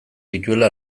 dituela